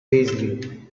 wesley